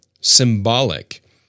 symbolic